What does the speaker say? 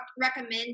recommend